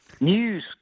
news